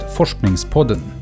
Forskningspodden